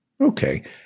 Okay